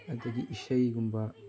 ꯑꯗꯒꯤ ꯏꯁꯩꯒꯨꯝꯕ